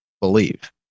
believe